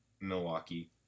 Milwaukee